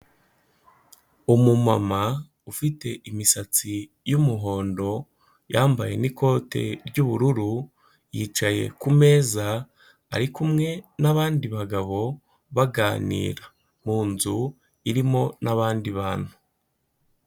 Umumama ufite imisatsi y'umuhondo yambaye n'ikote ry'ubururu, yicaye ku meza ari kumwe n'abandi bagabo baganira, munzu irimo n'abandi bantu.